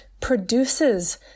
produces